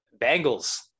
Bengals